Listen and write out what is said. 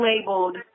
labeled